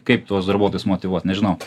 kaip tuos darbuotojus motyvuot nežinau